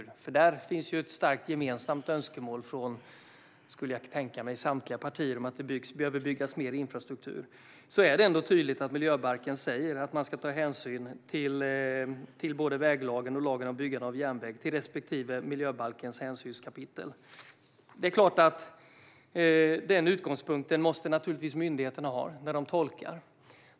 Jag skulle kunna tänka mig att det finns ett starkt gemensamt önskemål från samtliga partier att det behöver byggas mer infrastruktur. Det är ändå tydligt att miljöbalken säger att man enligt både väglagen och lagen om byggande av järnväg ska ta hänsyn till respektive bestämmelse i miljöbalkens hänsynskapitel. Det är klart att myndigheterna måste ha den utgångspunkten när de tolkar.